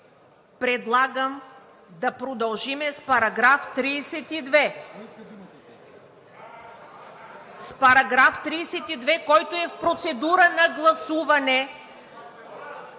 предлагам да продължим с § 32, който е в процедура на гласуване,